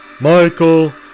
Michael